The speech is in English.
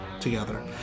together